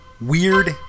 Weird